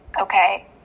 Okay